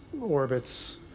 orbits